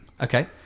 Okay